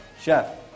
Chef